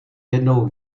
jednou